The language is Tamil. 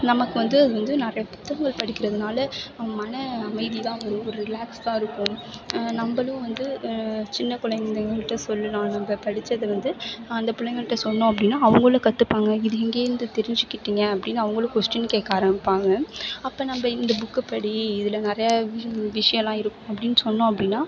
நமக்கு வந்து அது வந்து நிறைய புத்தகங்கள் படிக்கிறதுனால் மன அமைதியெல்லாம் வரும் ஒரு ரிலாக்ஸாக இருக்கும் நம்மளும் வந்து சின்னக் குழந்தைங்கள் கிட்டே சொல்லலாம் நம்ம படித்தத வந்து அந்த பிள்ளைங்கள்ட்ட சொன்னோம் அப்படின்னா அவங்களும் கற்றுப்பாங்க இது எங்கேருந்து தெரிஞ்சுக்கிட்டிங்க அப்படின்னு அவங்களும் கொஸ்டீன் கேட்க ஆரம்பிப்பாங்க அப்போ நம்ம இந்த புக்கை படி இதில் நிறையா விஷயம்லாம் இருக்கும் அப்படின்னு சொன்னோம் அப்படின்னா